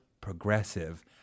progressive